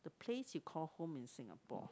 place you call home in Singapore